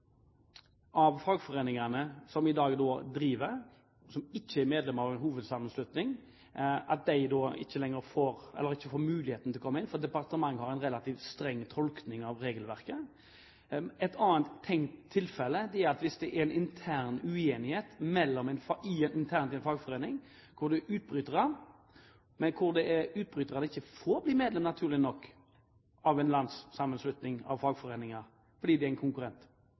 av fagforeningene som i dag driver, og som ikke er medlem av en hovedsammenslutning, ikke får mulighet til å komme inn fordi departementet har en relativt streng tolkning av regelverket. Et annet tenkt tilfelle er at hvis det er intern uenighet i en fagforening hvor det er utbrytere, men hvor utbryterne naturlig nok ikke får bli medlemmer av en landssammenslutning av fagforeninger fordi de er en konkurrent,